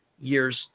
years